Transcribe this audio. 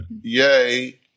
Yay